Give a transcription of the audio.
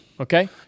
Okay